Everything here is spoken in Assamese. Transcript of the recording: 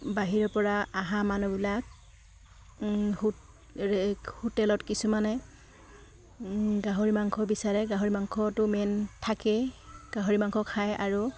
বাহিৰৰ পৰা আহা মানুহবিলাক হো হোটেলত কিছুমানে গাহৰি মাংস বিচাৰে গাহৰি মাংসটো মেইন থাকেই গাহৰি মাংস খায় আৰু